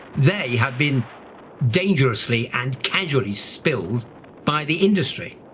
they have been dangerously and casually spilled by the industry.